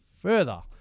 further